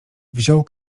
wziął